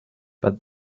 but